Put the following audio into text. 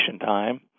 time